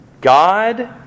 God